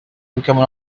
become